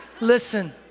listen